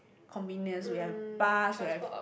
convenience we have bus we have